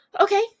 Okay